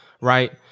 right